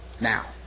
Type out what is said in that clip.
Now